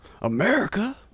America